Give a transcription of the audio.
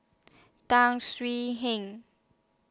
Tan Swie Hian